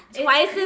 twice